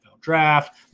draft